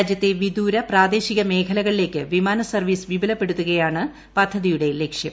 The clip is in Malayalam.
രാജ്യത്തെ വിദൂര പ്രാദേശിക മേഖലകളിലേക്ക് വിമാന സർവ്വീസ് വിപൂലപ്പെടുത്തുകയാണ് പ്പിദ്ചത്രീയുടെ ലക്ഷ്യം